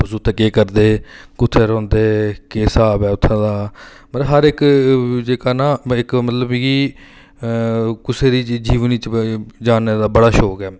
तुस उत्थै केह् करदे कुत्थै रौंह्दे ते केह् स्हाब ऐ उत्थै दा मतलब हर इक जेह्का ना इक मतलब कि कुसै दी जीवनी जानने दा बड़ा शौक ऐ